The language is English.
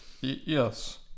yes